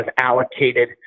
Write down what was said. allocated